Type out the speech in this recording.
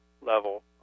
level